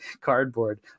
cardboard